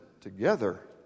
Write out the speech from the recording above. together